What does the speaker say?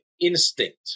instinct